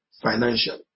financial